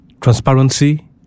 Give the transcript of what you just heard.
transparency